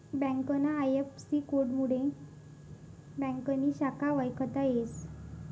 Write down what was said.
ब्यांकना आय.एफ.सी.कोडमुये ब्यांकनी शाखा वयखता येस